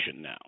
now